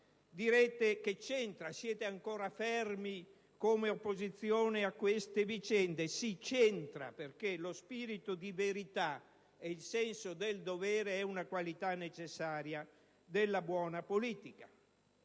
Direte: che c'entra? Siete ancora fermi come opposizione a queste vicende? Sì, c'entra, perché lo spirito di verità e il senso del dovere è una qualità necessaria della buona politica.